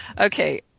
Okay